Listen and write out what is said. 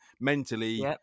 mentally